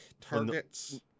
targets